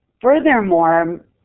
furthermore